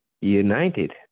united